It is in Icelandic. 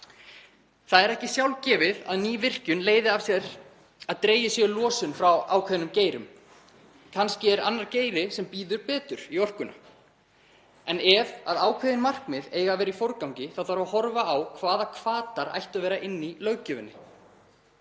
Það er ekki sjálfgefið að ný virkjun leiði af sér að dregið sé úr losun frá ákveðnum geirum. Kannski er annar geiri sem býður betur í orkuna. En ef ákveðin markmið eiga að vera í forgangi þarf að horfa á hvaða hvatar ættu að vera í löggjöfinni.